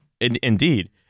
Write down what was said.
Indeed